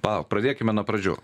palauk pradėkime nuo pradžių